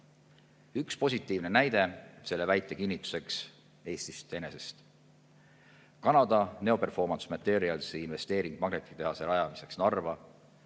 positiivne näide selle väite kinnituseks Eestist enesest. Kanada Neo Performance Materialsi investeering magnetitehase rajamiseks Narva,